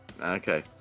Okay